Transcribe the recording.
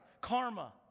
Karma